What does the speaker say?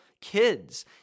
kids